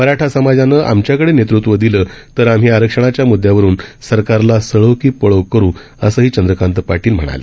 मराठा समाजानं आमच्याकडे नेतृत्व दिलंच तर आम्ही आरक्षणाच्या म्द्यावरून सरकारला सळो की पळो करू असंही चंद्रकांत पाटील म्हणाले